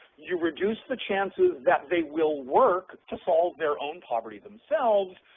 you reduce the chances that they will work to solve their own poverty themselves,